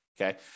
Okay